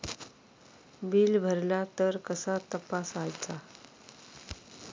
Bill भरला तर कसा तपसायचा?